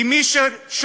כי מי ששולל